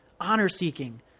honor-seeking